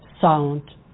Sound